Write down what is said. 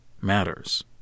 matters